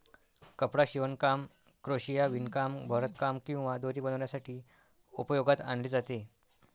कपडा शिवणकाम, क्रोशिया, विणकाम, भरतकाम किंवा दोरी बनवण्यासाठी उपयोगात आणले जाते